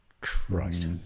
Christ